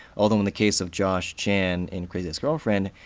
although in the case of josh chan in crazy ex-girlfriend,